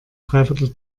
dreiviertel